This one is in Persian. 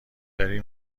داری